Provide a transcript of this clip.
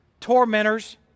tormentors